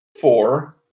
four